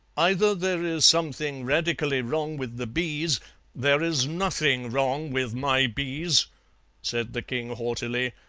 either there is something radically wrong with the bees there is nothing wrong with my bees said the king haughtily,